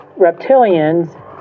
reptilians